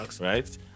Right